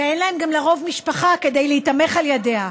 לרוב, גם אין להם משפחה כדי להיתמך על ידה.